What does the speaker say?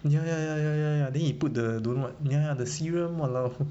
ya ya ya ya ya ya then he put the don't know what ya the serum !walao!